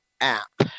app